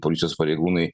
policijos pareigūnai